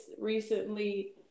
recently